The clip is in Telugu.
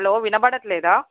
హలో వినపడటం లేదా